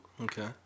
Okay